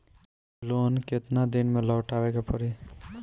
Loan केतना दिन में लौटावे के पड़ी?